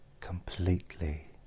completely